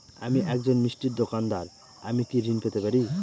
আমি একজন মিষ্টির দোকাদার আমি কি ঋণ পেতে পারি?